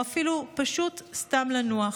או אפילו פשוט סתם לנוח.